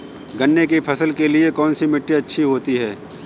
गन्ने की फसल के लिए कौनसी मिट्टी अच्छी होती है?